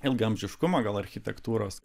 ilgaamžiškumą gal architektūros